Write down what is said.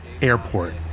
airport